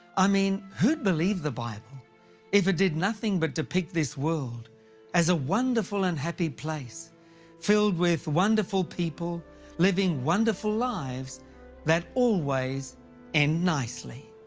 i mean, who'd believe the bible if it did nothing but depict this world as a wonderful and happy place filled with wonderful people living wonderful lives that always end nicely.